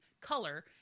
color